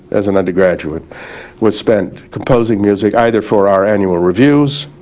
as an undergraduate was spent composing music either for our annual reviews,